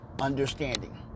understanding